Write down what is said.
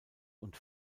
und